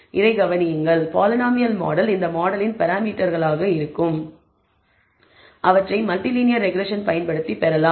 இதைக் கவனியுங்கள் polynomial model இந்த மாடலின் பராமீட்டர்களாக இருக்கலாம் அவற்றை மல்டி லீனியர் ரெக்ரெஸ்ஸன் பயன்படுத்தி பெறலாம்